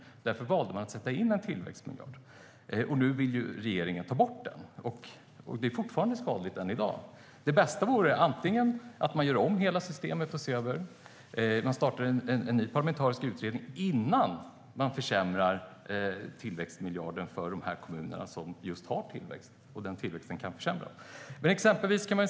Därför valde den tidigare regeringen att sätta in en tillväxtmiljard. Den nuvarande regeringen vill ta bort den, men det är fortfarande skadligt. Det bästa vore att tillsätta en ny parlamentarisk utredning och se över hela systemet innan man försämrar för de kommuner som just har tillväxt. Annars kan tillväxten försämras.